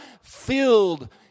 filled